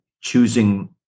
choosing